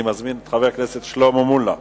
אני מזמין את חבר הכנסת שלמה מולה,